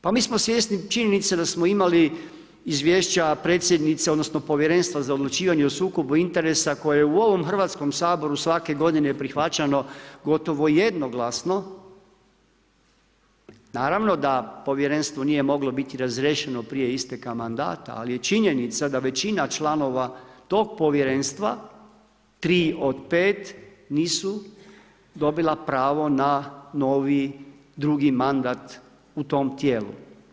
Pa mi smo svjesni činjenice da smo imali izvješća predsjednice, odnosno Povjerenstva za odlučivanje o sukobu interesa koje je u ovom Hrvatskom saboru prihvaćano gotovo jednoglasno, naravno da Povjerenstvo nije moglo biti razriješeno prije isteka mandata, ali je činjenica da većina članova tog Povjerenstva, 3 od 5 nisu dobila pravo na novi drugi mandat u tom tijelu.